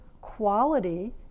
quality